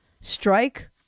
strike